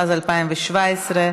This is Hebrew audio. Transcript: התשע"ז 2017,